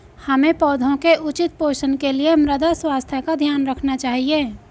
हमें पौधों के उचित पोषण के लिए मृदा स्वास्थ्य का ध्यान रखना चाहिए